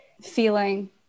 feeling